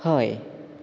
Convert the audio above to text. हय